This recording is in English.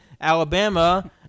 Alabama